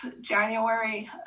January